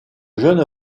jeune